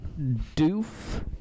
Doof